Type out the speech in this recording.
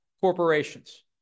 corporations